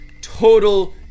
total